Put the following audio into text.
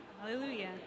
Hallelujah